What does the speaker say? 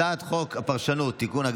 הצעת חוק הפרשנות (תיקון,